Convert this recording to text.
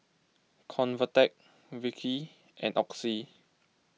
Convatec Vichy and Oxy